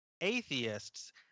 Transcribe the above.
atheists